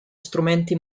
strumenti